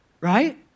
right